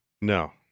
No